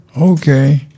Okay